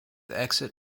exit